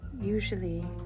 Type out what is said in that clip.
usually